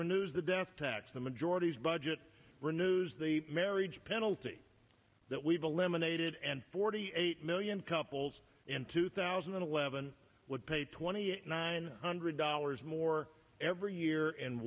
renews the death tax the majority's budget renews the marriage penalty that we've eliminated and forty eight million couples in two thousand and eleven would pay twenty nine hundred dollars more every year in